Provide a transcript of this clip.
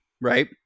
right